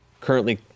currently